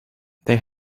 they